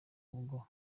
ubwo